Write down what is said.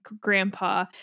grandpa